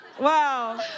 Wow